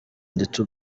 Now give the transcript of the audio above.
ndetse